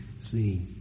See